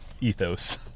ethos